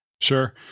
Sure